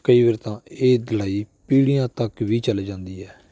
ਕਈ ਵਾਰ ਤਾਂ ਇਹ ਲੜਾਈ ਪੀੜ੍ਹੀਆਂ ਤੱਕ ਵੀ ਚੱਲ ਜਾਂਦੀ ਹੈ